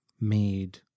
made